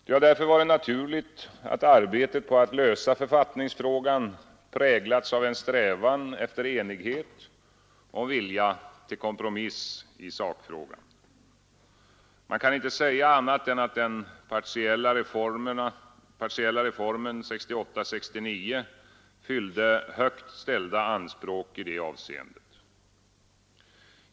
Det har därför varit naturligt att arbetet på att lösa författningsfrågan präglats av en strävan efter enighet och vilja till kompromisser i sakfrågan. Man kan inte säga annat än att den partiella reformen 1968-1969 fyllde högt ställda anspråk i detta avseende.